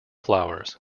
flowers